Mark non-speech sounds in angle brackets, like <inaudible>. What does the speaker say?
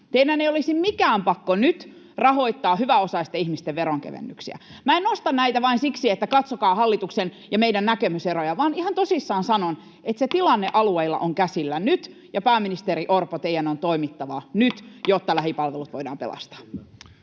Teidän ei olisi mikään pakko nyt rahoittaa hyväosaisten ihmisten veronkevennyksiä. Minä en nosta näitä vain siksi, <noise> että katsokaa hallituksen ja meidän näkemyseroja, vaan ihan tosissaan sanon, <noise> että se tilanne alueilla on käsillä nyt ja, pääministeri Orpo, teidän on toimittava nyt, jotta lähipalvelut voidaan pelastaa.